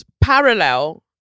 parallel